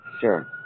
Sure